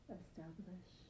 establish